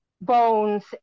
bones